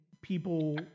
people